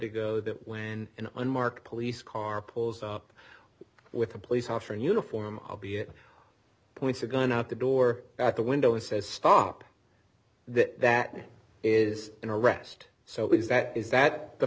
ago that when an unmarked police car pulls up with a police officer in uniform be it points a gun out the door at the window and says stop that that is an arrest so is that is that